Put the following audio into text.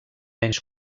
menys